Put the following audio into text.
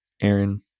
Aaron